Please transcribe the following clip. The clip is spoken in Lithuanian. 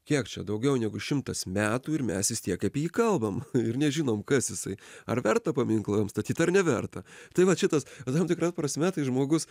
kiek čia daugiau negu šimtas metų ir mes vis tiek apie jį kalbam ir nežinom kas jisai ar verta paminklą jam statyt ar neverta tai vat šitas tam tikra prasme tai žmogus